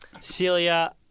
Celia